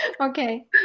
okay